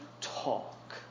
talk